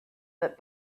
that